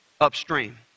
upstream